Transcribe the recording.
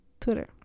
Twitter